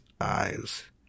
eyes